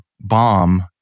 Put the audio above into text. bomb